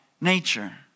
Nature